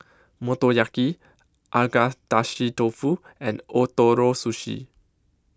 Motoyaki Agedashi Dofu and Ootoro Sushi